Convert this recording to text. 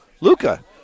Luca